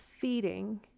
feeding